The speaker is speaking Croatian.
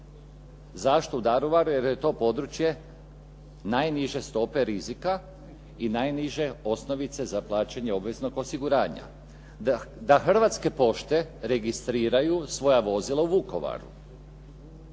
Zašto u Daruvaru? Jer je to područje najniže stope rizika i najniže osnovice za plaćanje obveznog osiguranja. Da Hrvatske pošte registriraju svoja vozila u Vukovaru,